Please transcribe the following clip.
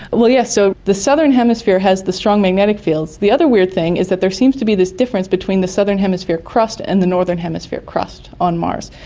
yeah so the southern hemisphere has the strong magnetic fields. the other weird thing is that there seems to be this difference between the southern hemisphere crust and the northern hemisphere crust on mars.